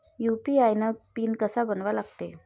UPI PIN कसा बनवा लागते?